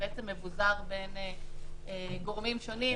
שמבוזר בין גורמים שונים,